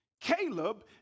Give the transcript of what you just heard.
Caleb